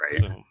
Right